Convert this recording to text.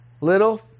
little